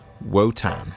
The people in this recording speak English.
Wotan